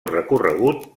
recorregut